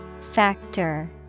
Factor